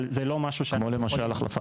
אבל זה לא משהו שאנחנו יכולים --- כמו למשל החלטת